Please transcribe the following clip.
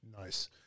nice